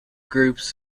groups